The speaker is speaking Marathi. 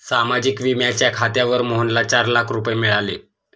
सामाजिक विम्याच्या खात्यावर मोहनला चार लाख रुपये मिळाले